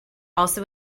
also